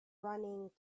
running